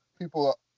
people